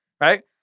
right